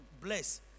bless